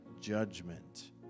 judgment